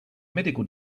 medical